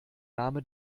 name